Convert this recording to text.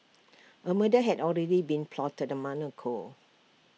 A murder had already been plotted A month ago